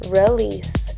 release